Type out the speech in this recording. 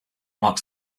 marks